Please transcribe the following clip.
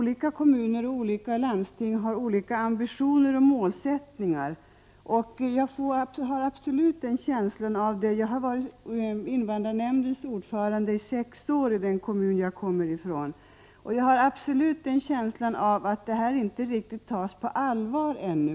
Men kommunerna och landstingen har olika ambitioner och målsättningar. Jag har varit ordförande i invandrarnämndeni min hemkommun, och jag har verkligen en känsla av att man ännu inte tar sådant här på allvar.